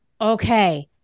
okay